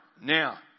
Now